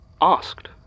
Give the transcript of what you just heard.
Asked